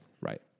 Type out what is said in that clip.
Right